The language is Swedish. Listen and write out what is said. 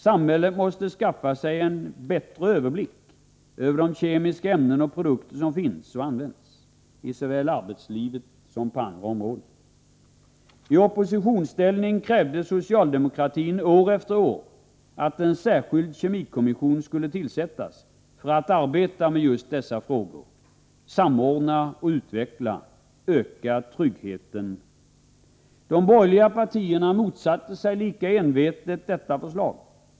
Samhället måste skaffa sig en bättre överblick över de kemiska ämnen och produkter som finns och används såväl i arbetslivet som på andra områden. I oppositionsställning krävde socialdemokratin år efter år att en särskild kemikommission skulle tillsättas för att arbeta med just dessa frågor, samordna och utveckla tryggheten. De borgerliga partierna motsatte sig lika envetet detta förslag.